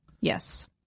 Yes